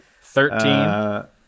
Thirteen